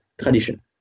tradition